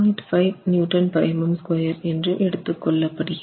5 MPa என்று எடுத்து கொள்ளப் படுகிறது